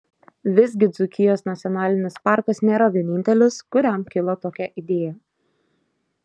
visgi dzūkijos nacionalinis parkas nėra vienintelis kuriam kilo tokia idėja